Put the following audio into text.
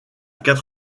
quatre